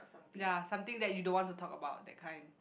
ya something that you don't want to talk about that kind